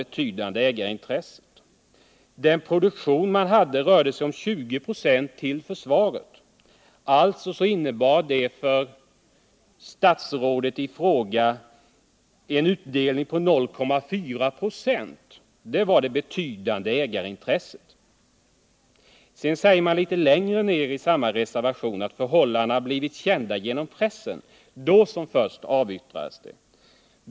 Eftersom bolagets produktion till 20 96 gick till försvaret, uppgick den i det avseendet berörda andelen av statsrådets utbyte av detta aktieinnehav, vilket utgjorde det betydande ägarintresset, endast till 0,4 96. Litet längre ned i samma reservation säger man, att förhållandena har blivit kända genom pressen och att aktierna först därefter blev avyttrade.